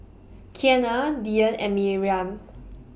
Kianna Dyan and Miriam